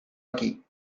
aquí